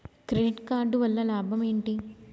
Credit card వల్ల లాభం ఏంటి?